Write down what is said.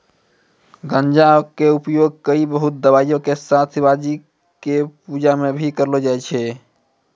गांजा कॅ उपयोग कई बहुते दवाय के साथ शिवजी के पूजा मॅ भी करलो जाय छै